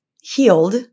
healed